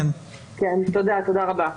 תודה רבה.